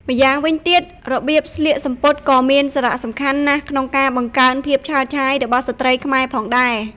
ម្យ៉ាងវិញទៀតរបៀបស្លៀកសំពត់ក៏មានសារៈសំខាន់ណាស់ក្នុងការបង្កើនភាពឆើតឆាយរបស់ស្ត្រីខ្មែរផងដែរ។